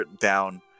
down